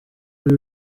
ari